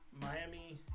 Miami